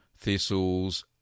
thistles